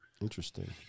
Interesting